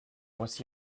was